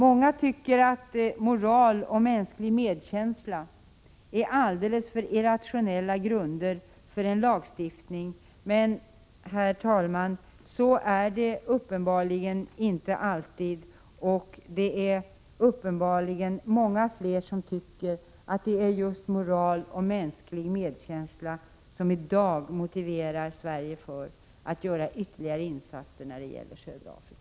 Många tycker att moral och mänsklig medkänsla är alldeles för irrationella grunder för en lagstiftning, men, herr talman, så är det uppenbarligen inte alltid, och det är tydligen många fler som tycker att det är just moral och mänsklig medkänsla som i dag motiverar Sverige för att göra ytterligare insatser när det gäller södra Afrika.